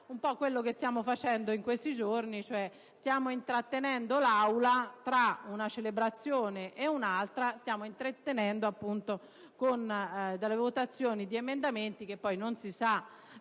di quello che stiamo facendo in questi giorni: stiamo intrattenendo l'Aula tra una celebrazione e l'altra. La stiamo intrattenendo con la votazione di emendamenti che non si sa